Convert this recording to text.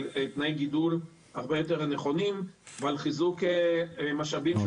על תנאי גידול הרבה יותר נכונים ועל חיזוק משאבים של